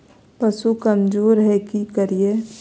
पशु कमज़ोर है कि करिये?